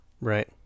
Right